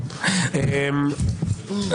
-- ופוגע --- תן לו לסיים, אנחנו רוצים לשמוע.